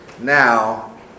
now